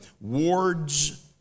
Ward's